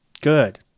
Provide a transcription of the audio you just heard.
Good